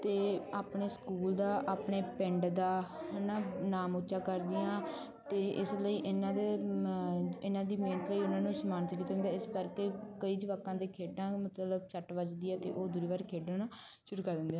ਅਤੇ ਆਪਣੇ ਸਕੂਲ ਦਾ ਆਪਣੇ ਪਿੰਡ ਦਾ ਹੈ ਨਾ ਨਾਮ ਉੱਚਾ ਕਰ ਦੀਆਂ ਅਤੇ ਇਸ ਲਈ ਇਹਨਾਂ ਦੇ ਇਹਨਾਂ ਦੀ ਮਿਹਨਤ 'ਤੇ ਹੀ ਉਹਨਾਂ ਨੂੰ ਸਮਨਤ ਕੀਤਾ ਜਾਂਦਾ ਇਸ ਕਰਕੇ ਕਈ ਜਵਾਕਾਂ ਦੇ ਖੇਡਾਂ ਮਤਲਬ ਸੱਟ ਵਜਦੀ ਅ ਅਤੇ ਉਹ ਦੁਹਰੀ ਵਾਰ ਖੇਡਣ ਸ਼ੁਰੂ ਕਰ ਦਿੰਦੇ ਆ